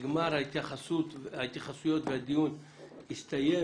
נגמרו ההתייחסות והדיון הסתיים,